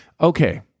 Okay